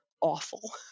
awful